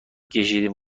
کشیدیم